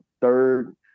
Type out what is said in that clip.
third